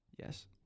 Yes